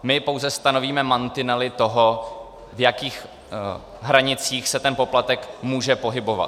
My pouze stanovíme mantinely toho, v jakých hranicích se ten poplatek může pohybovat.